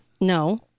no